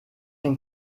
den